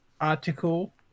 article